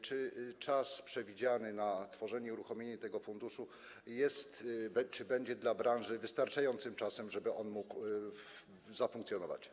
Czy czas przewidziany na tworzenie, uruchomienie tego funduszu będzie dla branży wystarczającym czasem, żeby on mógł zafunkcjonować?